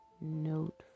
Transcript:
Note